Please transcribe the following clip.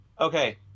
okay